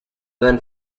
then